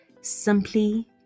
simply